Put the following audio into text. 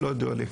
לא ידוע לי,